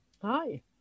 hi